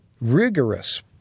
rigorous